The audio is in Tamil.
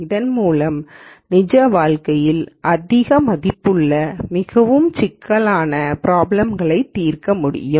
அதன்மூலம் நிஜ வாழ்க்கையில் அதிக மதிப்புள்ள மிகவும் சிக்கலான ப்ராப்ளம் களை தீர்க்க முடியும்